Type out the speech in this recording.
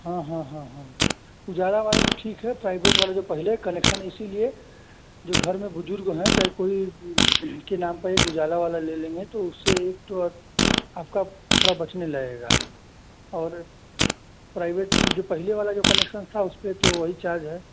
हाँ हाँ हाँ हाँ हाँ उजाला वाले में ठीक है प्राइवेट वाले जो पहले कलेक्शन इसलिये जो घर में बुजुर्ग हैं चाहे कोई के नाम पर एक उजाला वाला ले लेंगे तो उससे एक तो आपका थोड़ा बचने लगेगा और प्राइवेट मुझे पहले वाला जो कनेक्शन था उस पर तो वही चार्ज है